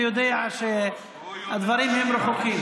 ויודע שהדברים הם רחוקים.